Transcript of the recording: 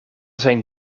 zijn